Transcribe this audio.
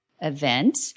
event